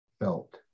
felt